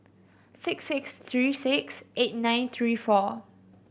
six six three six eight nine three four